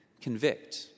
convict